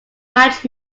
match